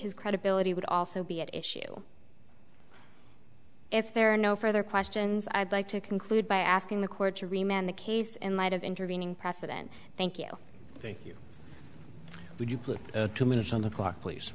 his credibility would also be at issue if there are no further questions i'd like to conclude by asking the court to remain the case in light of intervening precedent thank you thank you would you put two minutes on the clock please